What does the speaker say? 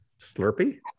Slurpee